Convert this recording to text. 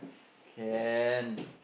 can